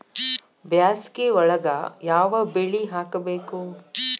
ಬ್ಯಾಸಗಿ ಒಳಗ ಯಾವ ಬೆಳಿ ಹಾಕಬೇಕು?